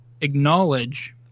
acknowledge